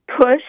push